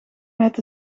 met